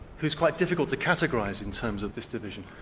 who's quite difficult to categorise in terms of this division,